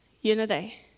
unity